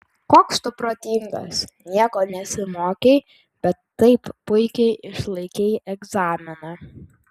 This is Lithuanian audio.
koks tu protingas nieko nesimokei bet taip puikiai išlaikei egzaminą